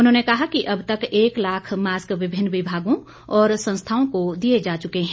उन्होंने कहा कि अब तक एक लाख मास्क विभिन्न विभागों और संस्थाओं को दिए जा चुके है